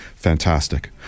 Fantastic